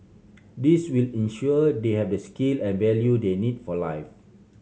this will ensure they have the skill and value they need for life